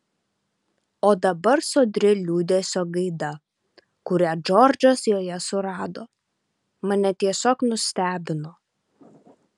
o dabar sodri liūdesio gaida kurią džordžas joje surado mane tiesiog nustebino